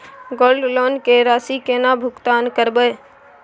Gold loan के राशि केना भुगतान करबै?